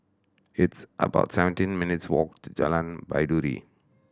it's about seventeen minutes' walk to Jalan Baiduri